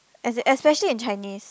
as in especially in Chinese